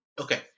Okay